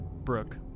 Brooke